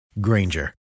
Granger